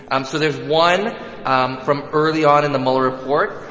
um so there's one um from early on in the mueller report.